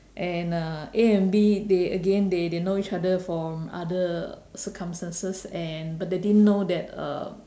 and uh A and B they again they they know each other from other circumstances and but they didn't know that uh